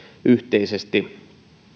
yhteisesti